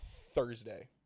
Thursday